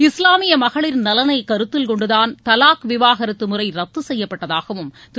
இஸ்லாமிய மகளிரின் நலனை கருத்தில் கொண்டுதான் தவாக் விவாகரத்து முறை ரத்து செய்யப்பட்டதாகவும் திரு